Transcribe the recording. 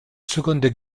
seconde